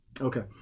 Okay